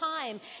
time